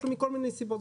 מכל מיני סיבות,